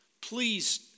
please